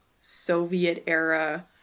Soviet-era